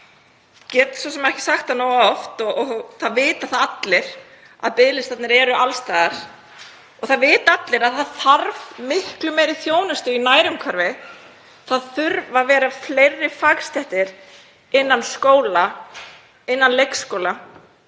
hitt. Ég get ekki sagt það nógu oft og það vita það allir að biðlistarnir eru alls staðar. Það vita allir að það þarf miklu meiri þjónustu í nærumhverfinu. Það þurfa að vera fleiri fagstéttir innan skóla, innan leikskóla.